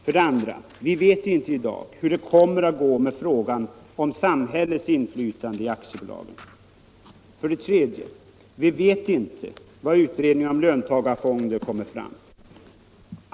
För det andra vet vi inte heller hur det kommer att gå med frågan om samhällets inflytande i aktiebolagen. För det tredje: Vi vet inte vad utredningen om löntagarfonder kommer att leda till.